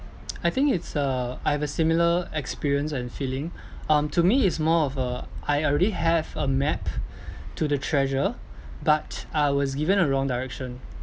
I think it's uh I have a similar experience and feeling um to me it's more of a I already have a map to the treasure but I was given a wrong direction